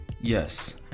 yes